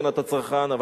הגנת הצרכן,